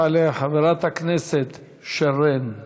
תעלה חברת שרן השכל,